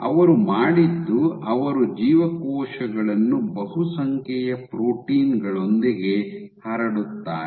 ಅವರು ಮಾಡಿದ್ದು ಅವರು ಜೀವಕೋಶಗಳನ್ನು ಬಹುಸಂಖ್ಯೆಯ ಪ್ರೋಟೀನ್ ಗಳೊಂದಿಗೆ ಹರಡುತ್ತಾರೆ